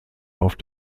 auf